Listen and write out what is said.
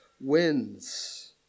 wins